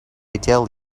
tell